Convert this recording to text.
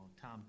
Tom